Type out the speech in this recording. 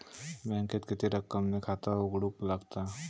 बँकेत किती रक्कम ने खाता उघडूक लागता?